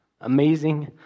amazing